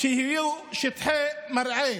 שיהיו שטחי מרעה,